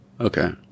okay